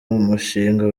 umushinga